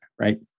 right